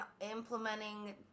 implementing